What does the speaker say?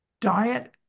diet